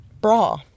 bra